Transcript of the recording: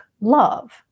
love